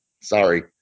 sorry